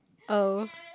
oh